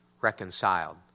reconciled